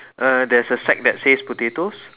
uh there's a sack that says potatoes